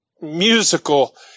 musical